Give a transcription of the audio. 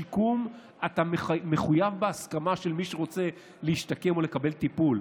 בשיקום אתה מחויב בהסכמה של מי שרוצה להשתקם או לקבל טיפול.